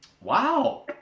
Wow